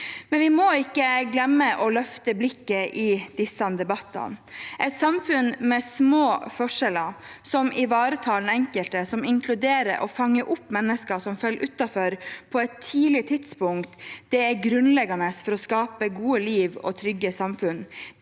men vi må ikke glemme å løfte blikket i disse debattene. Et samfunn med små forskjeller, som ivaretar den enkelte, som inkluderer og fanger opp mennesker som faller utenfor, på et tidlig tidspunkt, er grunnleggende for å skape gode liv og trygge samfunn.